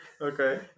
Okay